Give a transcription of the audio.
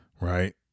right